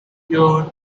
yarn